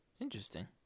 Interesting